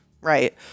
right